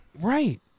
Right